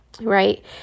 right